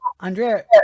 Andrea